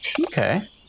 Okay